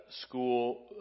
school